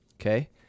Okay